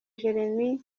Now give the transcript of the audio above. jeremie